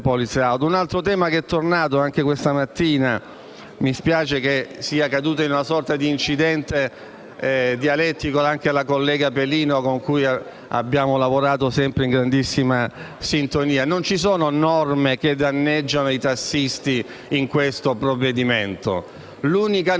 un altro tema che è tornato anche questa mattina e mi spiace che sia caduta in una sorta di incidente dialettico anche la collega Pelino, con cui abbiamo lavorato sempre in grandissima sintonia. Non ci sono norme che danneggiano i tassisti in questo provvedimento. L'unica norma